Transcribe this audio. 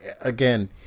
again